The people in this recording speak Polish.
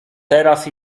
teraz